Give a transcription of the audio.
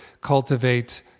cultivate